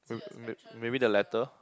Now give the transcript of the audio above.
maybe the latter